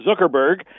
Zuckerberg